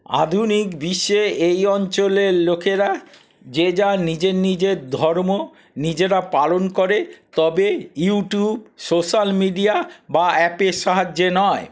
আধুনিক বিশ্বে এই অঞ্চলের লোকেরা যে যার নিজের নিজের ধর্ম নিজেরা পালন করে তবে ইউটিউব সোশ্যাল মিডিয়া বা অ্যাপের সাহায্যে নয়